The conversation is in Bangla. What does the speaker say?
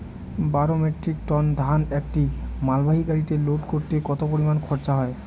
বারো মেট্রিক টন ধান একটি মালবাহী গাড়িতে লোড করতে কতো পরিমাণ খরচা হয়?